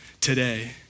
today